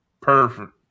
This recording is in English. Perfect